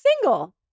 single